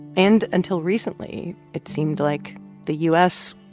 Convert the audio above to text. and until recently, it seemed like the u s.